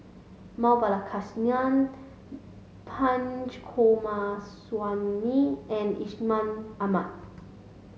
Map Balakrishnan Punch Coomaraswamy and Ishama Ahmad